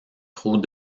trop